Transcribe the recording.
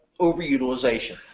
overutilization